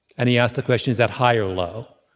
and he asked the question, is that high or low?